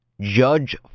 Judge